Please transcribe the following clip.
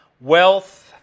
wealth